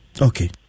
okay